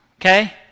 okay